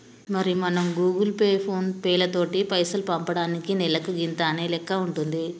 మరి మనం Google Pay phone పేలతోటి పైసలు పంపటానికి నెలకు గింత అనే లెక్క ఉంటుంది